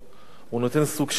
הוא נותן סוג של תקווה.